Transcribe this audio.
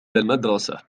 المدرسة